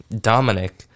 Dominic